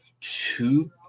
two